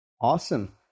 awesome